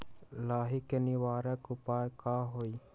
लाही के निवारक उपाय का होई?